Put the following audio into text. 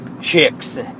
chicks